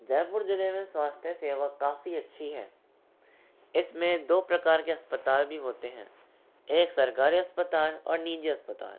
जयपुर ज़िले में स्वास्थ्य सेवा काफ़ी अच्छी है इसमें दो प्रकार के अस्पताल भी होते हैं एक सरकारी अस्पताल और निजी अस्पताल